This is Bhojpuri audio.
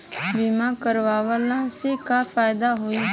बीमा करवला से का फायदा होयी?